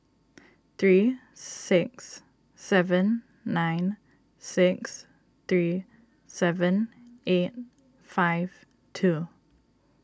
three six seven nine six three seven eight five two